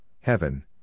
heaven